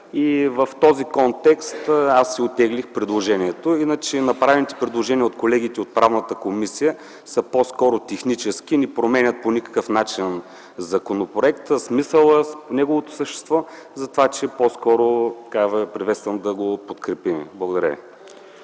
В този контекст аз си оттеглих предложенията. Иначе направените предложения от колегите от Правната комисия са по-скоро технически, не променят по никакъв начин законопроекта, смисъла, неговото същество, затова ви призовавам да го подкрепим. Благодаря.